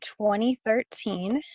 2013